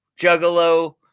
juggalo